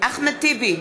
אחמד טיבי,